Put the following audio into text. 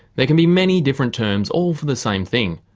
there can be many different terms all for the same thing.